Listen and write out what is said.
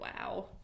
Wow